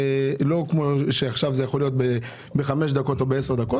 לא כמו שעכשיו זה יכול להיות בחמש או בעשר דקות.